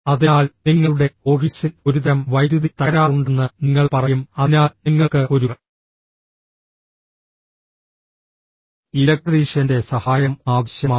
അതിനാൽ നിങ്ങളുടെ ഓഫീസിൽ ഒരുതരം വൈദ്യുതി തകരാറുണ്ടെന്ന് നിങ്ങൾ പറയും അതിനാൽ നിങ്ങൾക്ക് ഒരു ഇലക്ട്രീഷ്യന്റെ സഹായം ആവശ്യമാണ്